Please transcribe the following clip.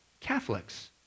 Catholics